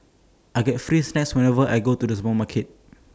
I get free snacks whenever I go to the supermarket